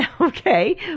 Okay